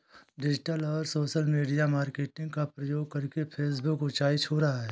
digital और social media marketing का प्रयोग करके फेसबुक ऊंचाई छू रहा है